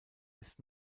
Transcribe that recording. ist